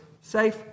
safe